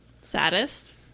saddest